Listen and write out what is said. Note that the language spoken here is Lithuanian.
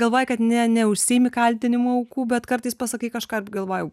galvoji kad ne neužsiimi kaltinimu aukų bet kartais pasakai kažką ir galvoji